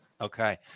Okay